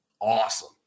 awesome